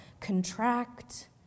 contract